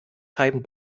scheiben